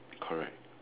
correct